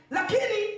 Lakini